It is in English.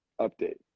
update